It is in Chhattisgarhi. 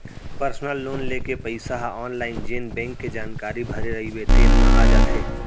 पर्सनल लोन के पइसा ह आनलाइन जेन बेंक के जानकारी भरे रइबे तेने म आ जाथे